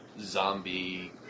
zombie